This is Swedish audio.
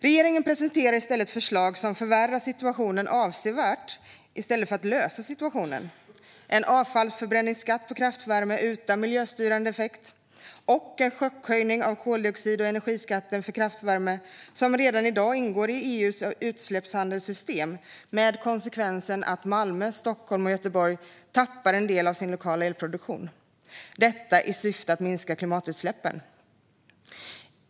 Regeringen presenterar dock förslag som förvärrar situationen avsevärt i stället för att lösa situationen: en avfallsförbränningsskatt på kraftvärme utan miljöstyrande effekt och en chockhöjning av koldioxid och energiskatten för kraftvärme som redan i dag ingår i EU:s utsläppshandelssystem, med konsekvensen att Malmö, Stockholm och Göteborg tappar en del av sin lokala elproduktion - detta i syfte att minska klimatutsläppen.